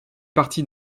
partie